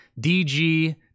DG